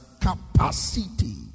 capacity